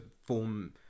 form